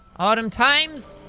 autumn times.